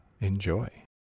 enjoy